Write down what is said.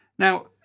Now